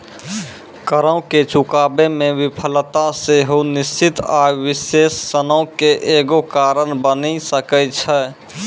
करो के चुकाबै मे विफलता सेहो निश्चित आय विश्लेषणो के एगो कारण बनि सकै छै